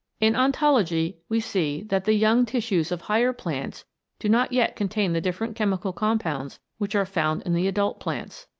in ontology we see that the young tissues of higher plants do not yet contain the different chemical compounds which are found in the adult plants.